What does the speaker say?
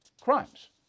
crimes